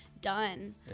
done